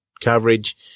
coverage